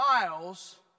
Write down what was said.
miles